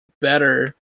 better